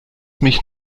mich